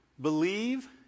believe